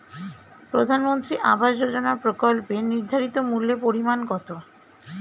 প্রধানমন্ত্রী আবাস যোজনার প্রকল্পের নির্ধারিত মূল্যে পরিমাণ কত?